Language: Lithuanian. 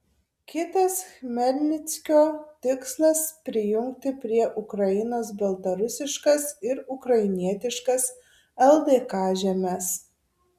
kitas chmelnickio tikslas prijungti prie ukrainos baltarusiškas ir ukrainietiškas ldk žemes